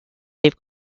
leave